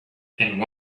and